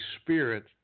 spirit